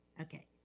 Okay